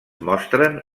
mostren